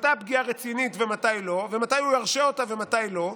מתי הפגיעה רצינית ומתי לא ומתי הוא ירשה אותה ומתי לא,